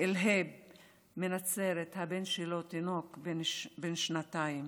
אל-הייב מנצרת, הבן שלו, תינוק בן שנתיים,